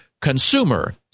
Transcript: consumer